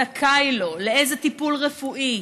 זכאי, לאיזה טיפול רפואי,